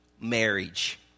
marriage